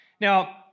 Now